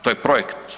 To je projekt.